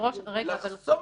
שההחלטה לחסום